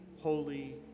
holy